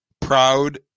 proud